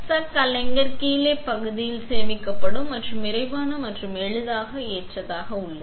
chuck அலைங்கர் கீழே பகுதியில் சேமிக்கப்படும் மற்றும் விரைவான மற்றும் எளிதாக ஏற்ற உள்ளது